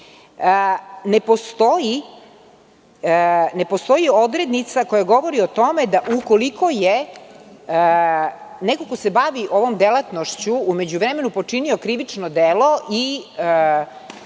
ne postoji odrednica koja govori o tome da ukoliko je neko ko se bavi ovom delatnošću, u međuvremenu počinio krivično delo,